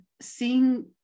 seeing